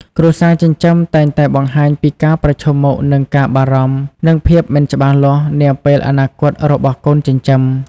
គ្រួសារចិញ្ចឹមតែងតែបង្ហាញពីការប្រឈមមុខនឹងការបារម្ភ និងភាពមិនច្បាស់លាស់នាពេលអនាគតរបស់កូនចិញ្ចឹម។